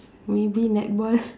maybe netball